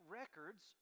records